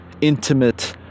intimate